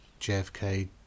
JFK